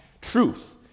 truth